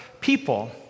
people